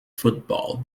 football